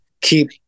keep